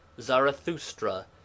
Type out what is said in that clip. Zarathustra